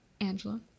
Angela